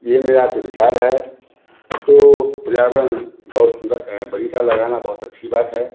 यह मेरा तो विचार है तो पर्यावरण बहुत सुंदर बग़ीचा लगाना बहुत अच्छी बात है